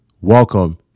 Welcome